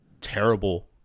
terrible